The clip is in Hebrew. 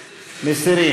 מסיר.